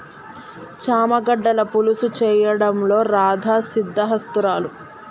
చామ గడ్డల పులుసు చేయడంలో రాధా సిద్దహస్తురాలు